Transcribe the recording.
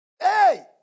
Hey